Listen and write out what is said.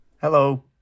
Hello